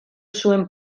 zuen